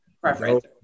preference